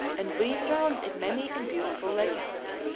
and weaved round it many and beautiful legends.